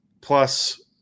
plus